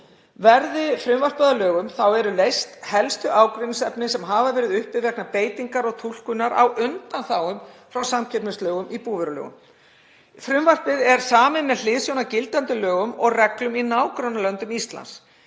Verði frumvarpið að lögum eru leyst helstu ágreiningsefni sem uppi hafa verið vegna beitingar og túlkunar á undanþágum frá samkeppnislögum í búvörulögum. Frumvarpið er samið með hliðsjón af gildandi lögum og reglum í nágrannalöndum Íslands.